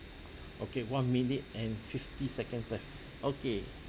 okay one minute and fifty seconds left okay